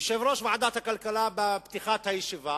יושב-ראש ועדת הכלכלה אמר בתחילת הישיבה